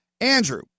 Andrew